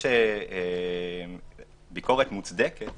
ביקורת מוצדקת